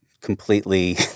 completely